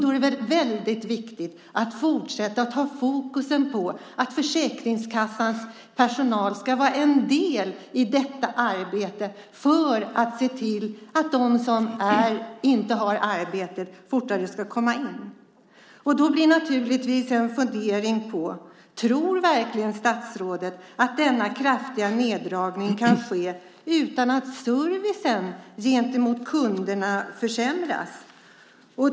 Då är det väldigt viktigt att man fortsätter ha fokus på att Försäkringskassans personal ska vara en del i detta arbete för att se till att de som inte har arbete fortare ska komma in på arbetsmarknaden. Detta får mig att fundera: Tror verkligen statsrådet att denna kraftiga neddragning kan ske utan att servicen gentemot kunderna försämras?